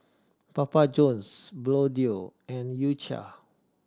Papa Johns Bluedio and U Cha